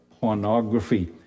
pornography